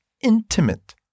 intimate